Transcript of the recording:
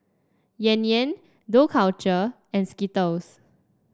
Yan Yan Dough Culture and Skittles